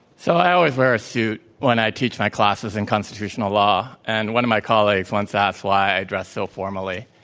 so i always wear a suit when i teach my classes in constitutional law. and one of my colleagues once asked why i dress so formally.